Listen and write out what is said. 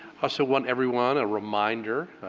so want everyone, a reminder,